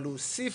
אבל הוא הוסיף